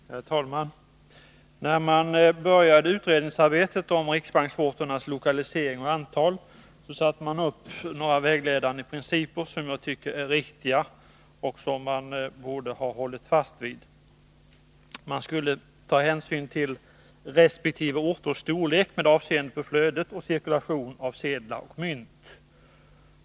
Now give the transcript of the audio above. Herr talman! När man började utredningsarbetet om riksbanksorternas lokalisering och antal, satte man upp några vägledande principer som jag tycker är viktiga och som man borde ha hållit fast vid. Man skulle ta hänsyn till resp. orters storlek med avseende på flödet och cirkulationen av sedlar och mynt.